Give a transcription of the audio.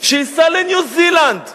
שייסע לניו-זילנד.